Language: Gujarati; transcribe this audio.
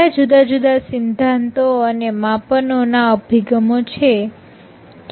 ક્યાં જુદા જુદા સિદ્ધાંતો અને માપનો ના અભિગમો છે